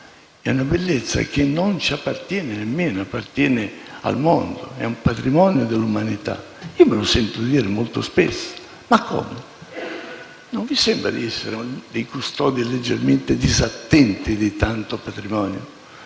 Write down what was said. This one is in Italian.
È una bellezza che non appartiene a noi, ma al mondo: è patrimonio dell'umanità. Me lo sento dire molto spesso: "Non vi sembra di essere dei custodi leggermente disattenti di tanto patrimonio"?